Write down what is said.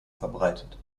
verbreitet